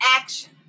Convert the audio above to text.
action